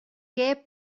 què